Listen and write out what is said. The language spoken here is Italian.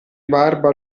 barba